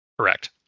Correct